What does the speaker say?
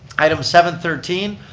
item seven thirteen,